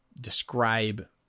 describe